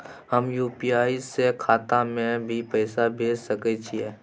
हम यु.पी.आई से खाता में भी पैसा भेज सके छियै?